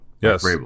Yes